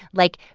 like,